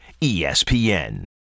ESPN